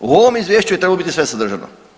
U ovom izvješću je trebalo biti sve sadržano.